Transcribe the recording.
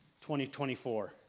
2024